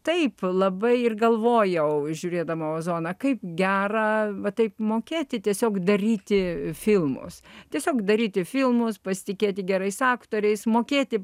taip labai ir galvojau žiūrėdama į ozoną kaip gera va taip mokėti tiesiog daryti filmus tiesiog daryti filmus pasitikėti gerais aktoriais mokėti